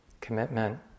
commitment